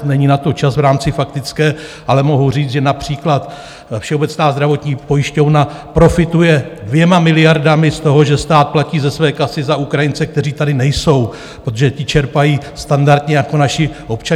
Není na to čas v rámci faktické, ale mohu říct, že například Všeobecná zdravotní pojišťovna profituje 2 miliardami z toho, že stát platí ze své kasy za Ukrajince, kteří tady nejsou, protože ti čerpají standardně jako naši občané.